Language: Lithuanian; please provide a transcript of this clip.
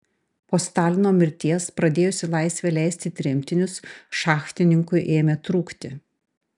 po stalino mirties pradėjus į laisvę leisti tremtinius šachtininkų ėmė trūkti